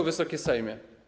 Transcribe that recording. Wysoki Sejmie!